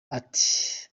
ati